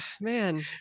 man